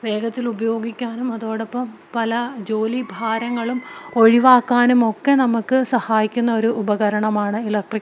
വേഗത്തിൽ ഉപയോഗിക്കാനും അതോടൊപ്പം പല ജോലിഭാരങ്ങളും ഒഴിവാക്കാനുമൊക്കെ നമുക്ക് സഹായിക്കുന്ന ഒരു ഉപകരണമാണ് ഇലക്ട്രിക്